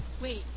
wait